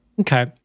Okay